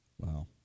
Wow